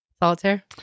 Solitaire